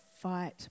fight